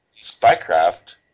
spycraft